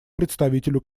представителю